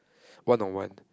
one on one